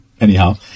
anyhow